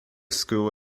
school